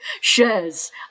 shares